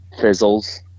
fizzles